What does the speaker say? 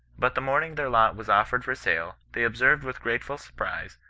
but the morning their lot was offered for sale, they observed with gratefiu surprise,